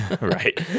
Right